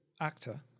actor